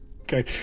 Okay